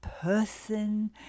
person